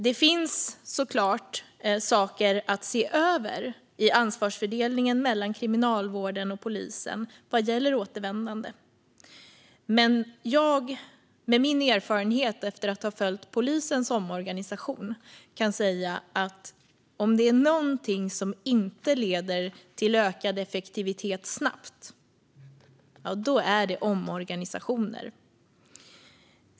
Det finns såklart saker att se över i ansvarsfördelningen mellan Kriminalvården och polisen vad gäller återvändande. Men med min erfarenhet efter att ha följt polisens omorganisation kan jag säga att om det är någonting som inte leder till ökad effektivitet snabbt är det omorganisationer.